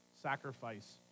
sacrifice